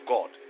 God